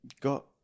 got